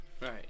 Right